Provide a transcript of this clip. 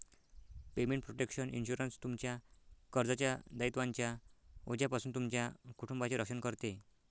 payment protection insurance, तुमच्या कर्जाच्या दायित्वांच्या ओझ्यापासून तुमच्या कुटुंबाचे रक्षण करते